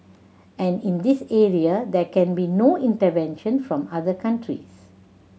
and in this area there can be no intervention from other countries